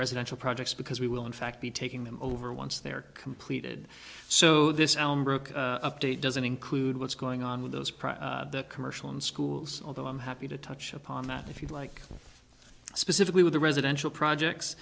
residential projects because we will in fact be taking them over once they are completed so this update doesn't include what's going on with those private commercial and schools although i'm happy to touch upon that if you like specifically with the residential projects